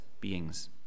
beings